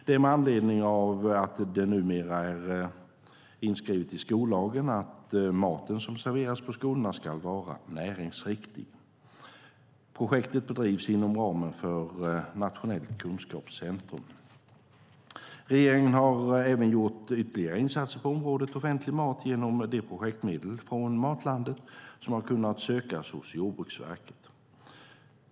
Det är med anledning av att det numera är inskrivet i skollagen att maten som serveras på skolorna ska vara näringsriktig. Projektet bedrivs inom ramen för nationellt kompetenscentrum. Regeringen har även gjort ytterligare insatser på området offentlig mat genom de projektpengar från Matlandet som har kunnat sökas hos Jordbruksverket.